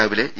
രാവിലെ ഇ